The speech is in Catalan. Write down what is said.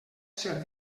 ser